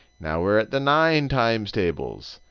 now we're at the nine times tables.